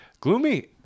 gloomy